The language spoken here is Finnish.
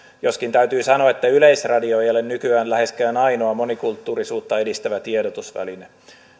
joskin täytyy sanoa että yleisradio ei ei ole nykyään läheskään ainoa monikulttuurisuutta edistävä tiedotusväline